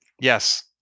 Yes